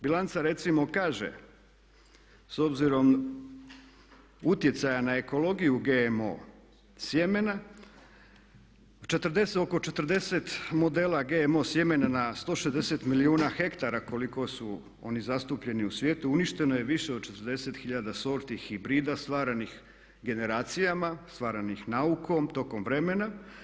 Bilanca recimo kaže s obzirom utjecaja na ekologiju GMO sjemena oko 40 modela GMO sjemena na 160 milijuna hektara koliko su oni zastupljeni u svijetu uništeno je više od 40 hiljada sorti, hibrida stvaranih generacijama, stvaranih naukom, tokom vremena.